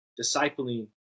discipling